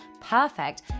perfect